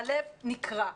הלב נקרע,